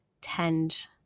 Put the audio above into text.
tend